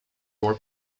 war